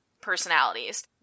personalities